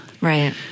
right